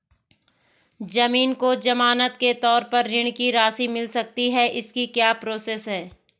ज़मीन को ज़मानत के तौर पर ऋण की राशि मिल सकती है इसकी क्या प्रोसेस है?